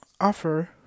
offer